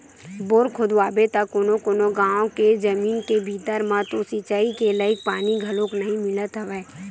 bore खोदवाबे त कोनो कोनो गाँव के जमीन के भीतरी म तो सिचई के लईक पानी घलोक नइ मिलत हवय